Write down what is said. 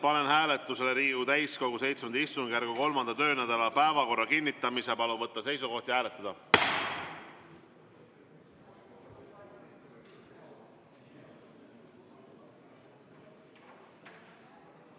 panen hääletusele Riigikogu täiskogu VII istungjärgu 3. töönädala päevakorra kinnitamise. Palun võtta seisukoht ja hääletada!